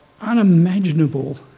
unimaginable